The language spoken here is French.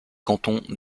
cantons